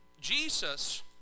Jesus